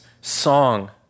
song